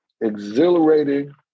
exhilarating